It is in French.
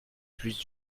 plus